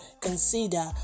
consider